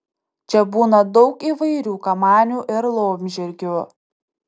čia būna daug įvairių kamanių ir laumžirgių